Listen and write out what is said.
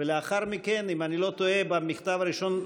ולאחר מכן אם אני לא טועה במכתב הראשון,